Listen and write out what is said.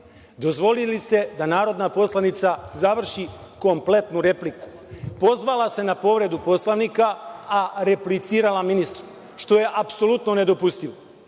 Dozvolili ste da narodna poslanica završi kompletnu repliku. Pozvala se na povredu Poslovnika, a replicira ministru, što je apsolutno nedopustivo.